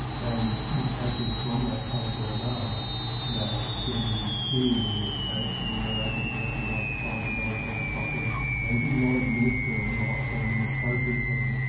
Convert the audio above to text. and indications from that program are ah that the peers in this case were able to recognise signs of overdose properly and did not administer naloxone inappropriately.